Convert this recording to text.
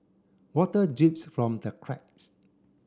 water drips from the cracks